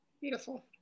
beautiful